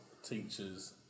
teachers